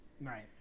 right